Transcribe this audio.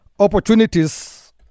opportunities